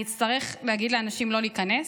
אני אצטרך להגיד לאנשים לא להיכנס?